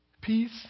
Peace